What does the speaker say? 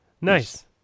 Nice